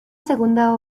segunda